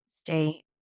stay